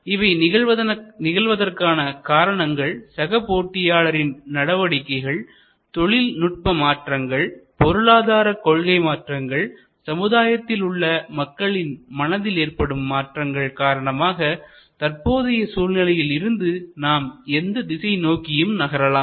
இவை நிகழ்வதற்கான காரணங்கள் சக போட்டியாளரின் நடவடிக்கைகள் தொழில் நுட்ப மாற்றங்கள் பொருளாதாரக் கொள்கை மாற்றங்கள் சமுதாயத்தில் உள்ள மக்களின் மனதில் ஏற்படும் மாற்றங்கள் காரணமாக தற்போதைய சூழ்நிலையில் இருந்து நாம் எந்த திசை நோக்கியும் நகரலாம்